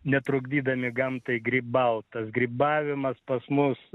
netrukdydami gamtai grybavimas pas mus